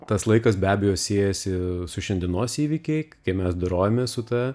tas laikas be abejo siejasi su šiandienos įvykiai kai mes dorojamės su ta